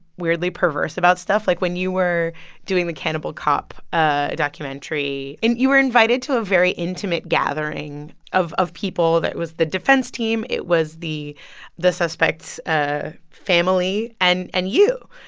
weirdly perverse about stuff. like, when you were doing the cannibal cop ah documentary and you were invited to a very intimate gathering of of people that was the defense team, it was the the suspect's ah family and and you.